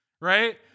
right